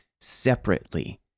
separately